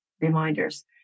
reminders